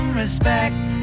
respect